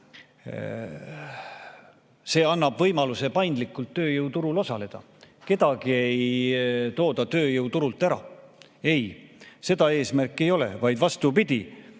See annab võimaluse paindlikult tööjõuturul osaleda. Kedagi ei tooda tööjõuturult ära – ei, seda eesmärki ei ole, vaid vastupidi,